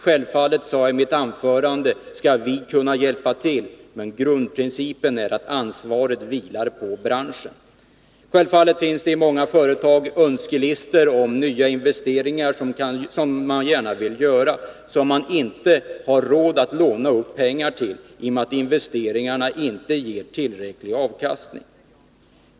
Självfallet — som jag sade i mitt anförande — skall vi kunna hjälpa till, men grundprincipen är att ansvaret vilar på branschen. Det finns naturligtvis i många företag önskelistor om nya investeringar som man gärna vill göra men som man inte har råd att låna upp pengar till i och med att investeringarna inte ger tillräcklig avkastning.